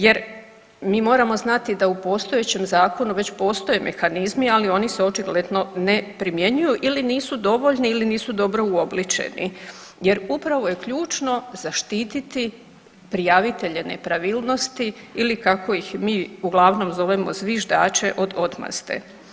Jer mi moramo znati da u postojećem zakonu već postoje mehanizmi, ali oni se očigledno ne primjenjuju ili nisu dovoljni ili nisu dobro uobličeni jer upravo je ključno zaštititi prijavitelje nepravilnosti ili kako ih mi uglavnom zovemo zviždače od odmazde.